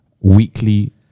weekly